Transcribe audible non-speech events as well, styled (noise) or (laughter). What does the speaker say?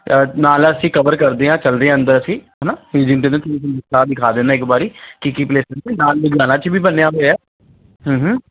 ਨਾਲ ਅਸੀਂ ਕਵਰ ਕਰਦੇ ਹਾਂ ਚੱਲਦੇ ਹਾਂ ਅੰਦਰ ਅਸੀਂ ਹੈ ਨਾ (unintelligible) ਦਿਖਾ ਦਿੰਦਾ ਇੱਕ ਵਾਰੀ ਕੀ ਕੀ ਪਲੇਸਿਸ ਨੇ ਨਾਲ ਲੁਧਿਆਣਾ 'ਚ ਵੀ ਬਣਿਆ ਹੋਇਆ